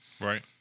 Right